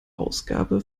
ausgabe